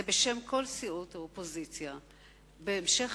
זה בשם כל סיעות האופוזיציה, בהמשך